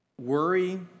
worry